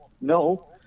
no